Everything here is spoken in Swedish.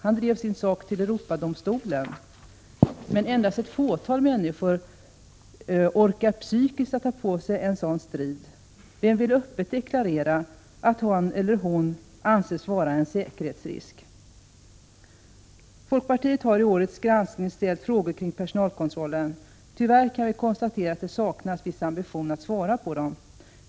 Han drev sin sak till Europadomstolen. Men endast ett fåtal människor orkar psykiskt ta en sådan strid. Vem vill öppet deklarera att han eller hon anses vara en säkerhetsrisk? Folkpartiet har i årets granskning ställt frågor kring personalkontrollen. Vi kan tyvärr konstatera att det tycks saknas en viss ambition att svara på dem.